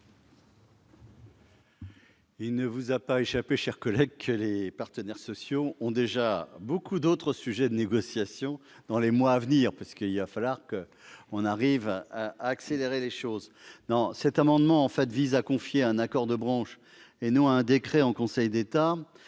Il ne vous aura pas échappé, cher collègue, que les partenaires sociaux ont déjà beaucoup d'autres sujets de négociation pour les mois à venir. Il va falloir accélérer ! Cet amendement vise à confier à un accord de branche, et non à un décret en Conseil d'État,